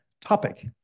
topic